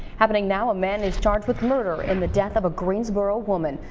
happening now, a man is charged with murder in the death of a greensboro woman.